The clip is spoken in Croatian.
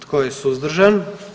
Tko je suzdržan?